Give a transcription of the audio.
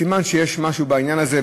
סימן שיש משהו בעניין הזה,